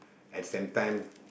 at the same time